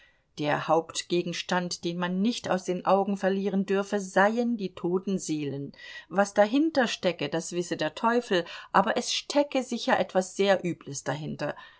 der hauptgegenstand den man nicht aus den augen verlieren dürfe seien die toten seelen was dahinter stecke das wisse der teufel aber es stecke sicher etwas sehr übles dahinter